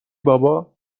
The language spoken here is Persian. بابا